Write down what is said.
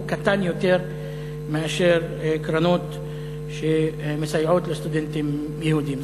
הוא קטן יותר מאשר מספר הקרנות שמסייעות לסטודנטים יהודים.